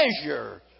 measure